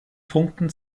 punkten